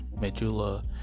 medulla